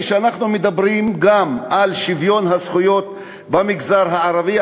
כשאנחנו מדברים גם על שוויון הזכויות במגזר הערבי,